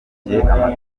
yicisha